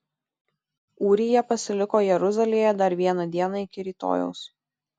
ūrija pasiliko jeruzalėje dar vieną dieną iki rytojaus